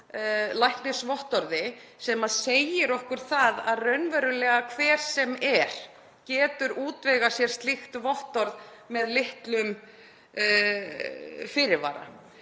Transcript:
læknisvottorði. Það segir okkur það að raunverulega hver sem er getur útvegað sér slíkt vottorð með litlum fyrirvara.